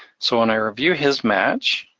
so when i review his match,